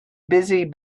busy